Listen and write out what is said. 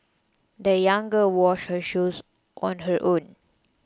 the young girl washed her shoes on her own